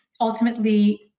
Ultimately